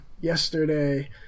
yesterday